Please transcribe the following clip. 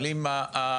אבל אם ההתמודדות